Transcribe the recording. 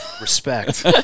Respect